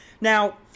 Now